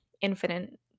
infinite